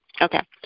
Okay